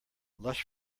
lush